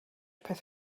peth